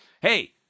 hey